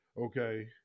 okay